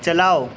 چلاؤ